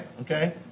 Okay